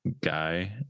Guy